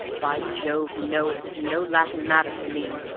by jove, no, it was no laughing matter for me!